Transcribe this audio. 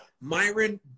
Myron